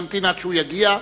נמתין עד שהוא יגיע,